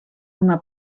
una